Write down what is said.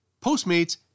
Postmates